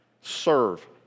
Serve